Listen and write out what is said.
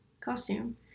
costume